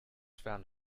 found